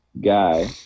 guy